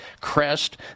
Crest